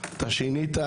אתה שינית,